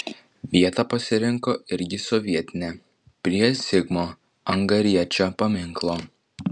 vietą pasirinko irgi sovietinę prie zigmo angariečio paminklo